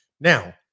Now